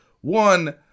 one